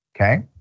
okay